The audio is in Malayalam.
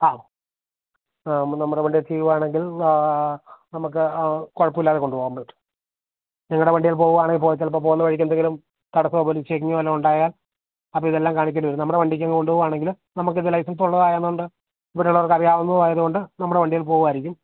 ആ നമ്മുടെ വണ്ടിയത് ചെയ്യുകയാണങ്കിൽ നമുക്ക് കുഴപ്പമില്ലാതെ കൊണ്ടുപോകാന് പറ്റും നിങ്ങളുടെ വണ്ടിയെ പോകുകയാണെങ്കില് പോയാല് ചിലപ്പോള് പോകുന്ന വഴിക്കെന്തങ്കിലും തടസ്സമോ പോലീസ് ചെക്കിങ്ങോ വല്ലതും ഉണ്ടായാൽ അപ്പോഴിതെല്ലം കാണിക്കേണ്ടിവരും നമ്മളുടെ വണ്ടിക്കങ്ങു കൊണ്ടുപോവുകയാണെങ്കില് നമക്കിതിൻ്റെ ലൈസെൻസുള്ളതായതു കൊണ്ട് ഇവിടുള്ളവർക്കും അറിയാവുന്നതായതുകൊണ്ടു നമ്മുടെ വണ്ടിയേൽ പോകാമായിരിക്കും